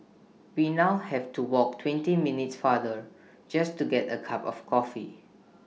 we now have to walk twenty minutes farther just to get A cup of coffee